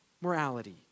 morality